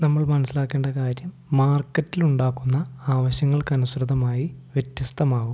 നമ്മൾ മനസ്സിലാക്കേണ്ട കാര്യം മാർക്കറ്റിലുണ്ടാക്കുന്ന ആവശ്യങ്ങൾക്കനുസൃതമായി വ്യത്യസ്തമാവും